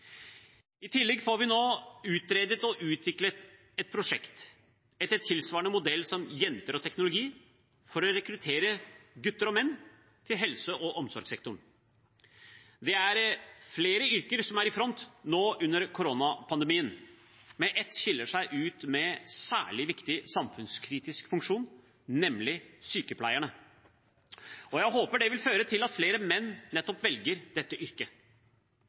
I tillegg får vi nå utredet og utviklet et prosjekt etter tilsvarende modell som Jenter og teknologi for å rekruttere gutter og menn til helse- og omsorgssektoren. Det er flere yrker som er i front nå under koronapandemien, men ett skiller seg ut med særlig viktig samfunnskritisk funksjon, nemlig sykepleierne. Jeg håper det vil føre til at flere menn nettopp velger dette yrket.